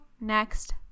next